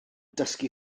dysgu